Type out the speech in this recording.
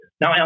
Now